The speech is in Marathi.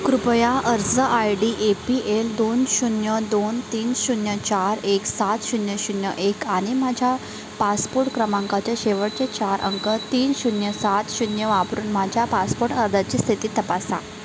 कृपया अर्ज I D A P L दोन शून्य दोन तीन शून्य चार एक सात शून्य शून्य एक आणि माझ्या पासपोर्ट क्रमांकाचे शेवटचे चार अंक तीन शून्य सात शून्य वापरून माझ्या पासपोर्ट अर्जाची स्थिती तपासा